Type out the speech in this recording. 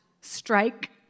strike